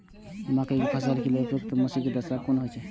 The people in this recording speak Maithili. मके के फसल के लेल उपयुक्त मौसमी दशा कुन होए छै?